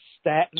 statin